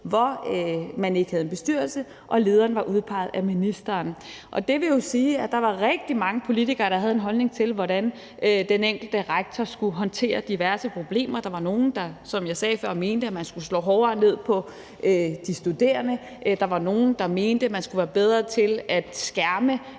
hvor man ikke havde en bestyrelse og lederen var udpeget af ministeren. Det vil jo sige, at der var rigtig mange politikere, der havde en holdning til, hvordan den enkelte rektor skulle håndtere diverse problemer. Der var nogle, der, som jeg sagde før, mente, at man skulle slå hårdere ned på de studerende, og der var nogle, der mente, at man skulle være bedre til at skærme